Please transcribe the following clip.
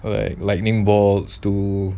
well like lightning bolts too